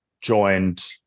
joined